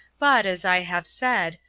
but, as i have said,